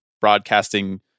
broadcasting